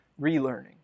relearning